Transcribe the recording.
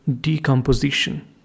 decomposition